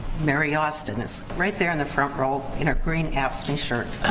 mary austin is right there in the front row in a green afscme shirt.